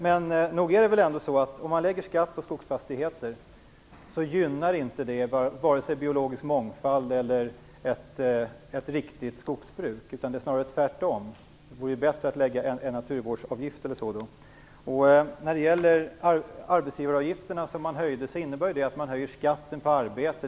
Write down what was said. Men nog är det väl ändå så att om man lägger skatt på skogsfastigheter så gynnar inte det vare sig biologisk mångfald eller ett riktigt skogsbruk, snarare tvärtom. Det vore bättre att lägga på en naturvårdsavgift eller så. Höjda arbetsgivaravgifter innebär att man höjer skatten på arbete.